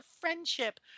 friendship